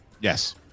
Yes